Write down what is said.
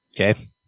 Okay